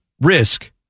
risk